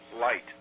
light